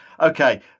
Okay